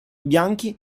bianchi